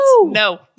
No